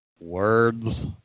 Words